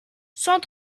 cent